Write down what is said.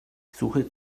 suche